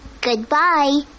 Goodbye